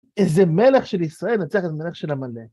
איזה מלך של ישראל מנצח את מלך של עמלק.